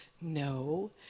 No